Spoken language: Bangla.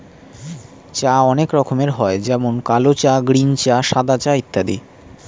চা অনেক রকমের হয় যেমন কালো চা, গ্রীন চা, সাদা চা ইত্যাদি